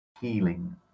Healing